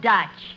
Dutch